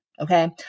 Okay